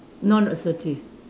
non-assertive